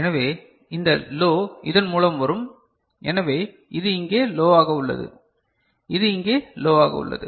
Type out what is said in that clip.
எனவே இந்த லோ இதன் மூலம் வரும் எனவே இது இங்கே லோவாக உள்ளது இது இங்கே லோவாக உள்ளது